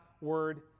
Word